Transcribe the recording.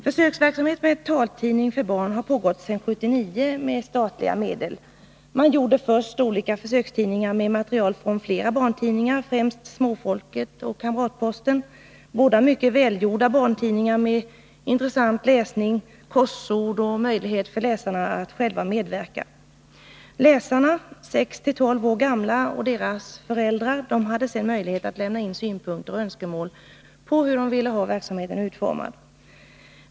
Försöksverksamheten med taltidning för barn har pågått sedan 1979 med statliga medel. Man gjorde först olika försökstidningar med material från flera barntidningar, främst Småfolket och Kamratposten, båda mycket välgjorda barntidningar med intressant läsning, korsord och möjlighet för läsarna att själva medverka. Läsarna, 6-12 år gamla, och deras föräldrar hade sedan möjlighet att lämna synpunkter och önskemål om hur de ville ha verksamheten utformad.